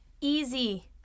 easy